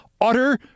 Utter